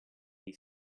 gli